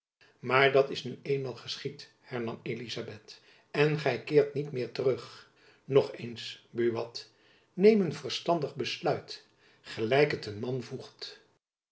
maar dat is nu eenmaal geschied hernam elizabeth en gy keert niet meer terug nog eens buat neem een verstandig besluit gelijk het een man voegt